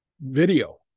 video